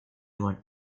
went